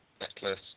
necklace